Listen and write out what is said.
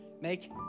make